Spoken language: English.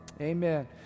amen